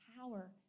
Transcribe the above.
power